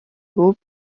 groupe